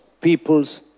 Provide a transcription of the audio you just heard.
people's